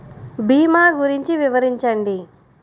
భీమా గురించి వివరించండి?